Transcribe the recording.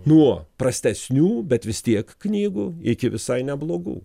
nuo prastesnių bet vis tiek knygų iki visai neblogų